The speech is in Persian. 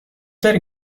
داری